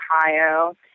Ohio